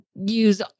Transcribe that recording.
use